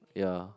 yeah